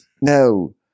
No